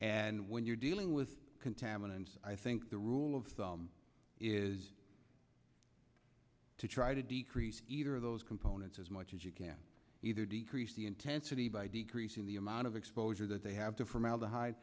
and when you're dealing with contaminants i think the rule of thumb is to try to decrease either of those components as much as you can either decrease the intensity by decreasing the amount of exposure that they have to